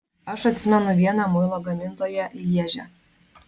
aš atsimenu vieną muilo gamintoją lježe